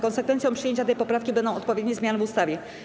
Konsekwencją przyjęcia tej poprawki będą odpowiednie zmiany w ustawie.